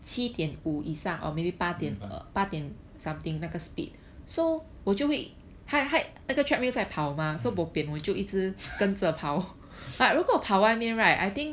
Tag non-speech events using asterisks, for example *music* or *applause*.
mm mm *laughs*